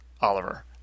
Oliver